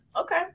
Okay